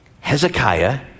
Hezekiah